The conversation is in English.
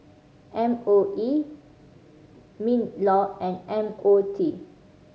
M O E MinLaw and M O T